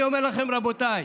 אני אומר לכם, רבותיי,